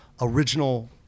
original